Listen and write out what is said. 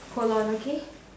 hold on okay